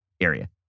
area